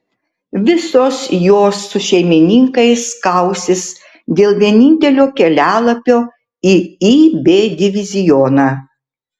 visos jos su šeimininkais kausis dėl vienintelio kelialapio į ib divizioną